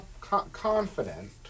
confident